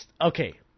Okay